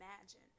imagine